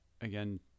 again